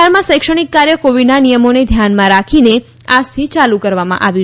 બિહારમાં શૈક્ષણિક કાર્ય કોવિડના નિયમોને ધ્યાને રાખી આજથી ચાલુ કરવામાં આવ્યું